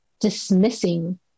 dismissing